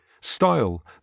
style